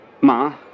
Ma